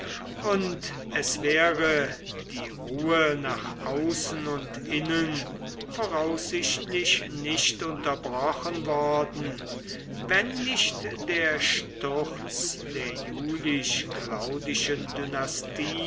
und es wäre die ruhe nach außen und innen voraussichtlich nicht unterbrochen worden wenn nicht der sturz der